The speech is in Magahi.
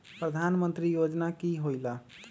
प्रधान मंत्री योजना कि होईला?